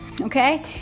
okay